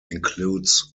includes